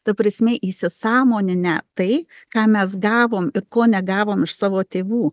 ta prasme įsisąmoninę tai ką mes gavom ko negavom iš savo tėvų